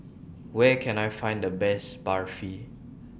Where Can I Find The Best Barfi